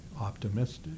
optimistic